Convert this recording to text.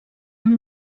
amb